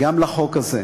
גם לחוק הזה.